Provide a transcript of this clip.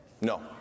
No